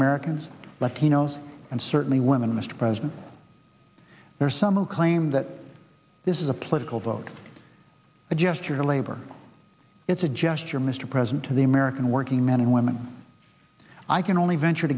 americans latinos and certainly women mr president there are some who claim that this is a political vote a gesture to labor it's a gesture mr president to the american working men and women i can only venture